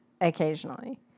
occasionally